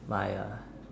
my uh